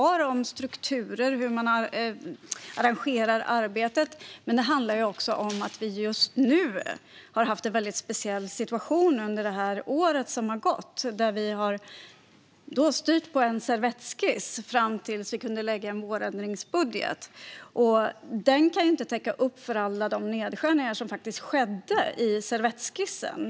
Det handlar vidare om strukturer och hur man arrangerar arbetet men också om att vi just nu har haft en väldigt speciell situation under detta år. Vi har styrt på en servettskiss fram till dess att vi kunde lägga fram en vårändringsbudget. Den kan tyvärr inte täcka upp för alla de nedskärningar som skedde genom servettskissen.